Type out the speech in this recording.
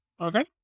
Okay